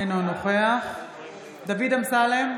אינו נוכח דוד אמסלם,